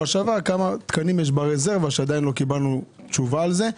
שעבר כמה תקנים יש ברזרבה שעדיין לא קיבלנו תשובה על זה.